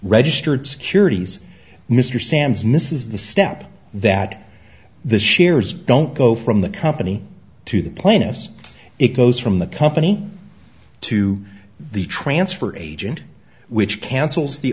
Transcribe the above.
registered securities mr samms misses the step that the shares don't go from the company to the plaintiffs it goes from the company to the transfer agent which cancels the